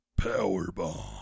powerbomb